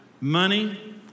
money